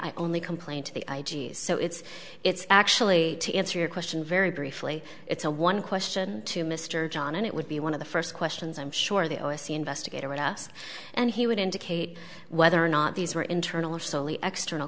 i only complained to the i g so it's it's actually to answer your question very briefly it's a one question to mr john and it would be one of the first questions i'm sure the o s c investigator with us and he would indicate whether or not these were internal or solely external